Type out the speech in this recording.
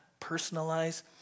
personalize